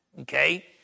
okay